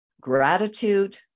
gratitude